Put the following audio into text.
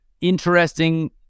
interesting